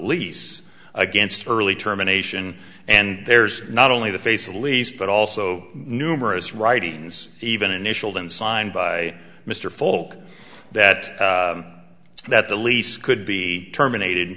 lease against early terminations and there's not only the face of the lease but also numerous writings even initialed and signed by mr folk that that the lease could be terminated